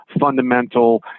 fundamental